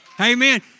Amen